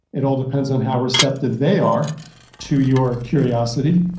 it all depends on how receptive they are to your curiosity,